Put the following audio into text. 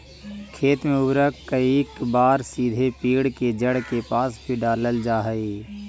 खेत में उर्वरक कईक बार सीधे पेड़ के जड़ के पास भी डालल जा हइ